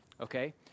Okay